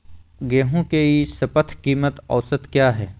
गेंहू के ई शपथ कीमत औसत क्या है?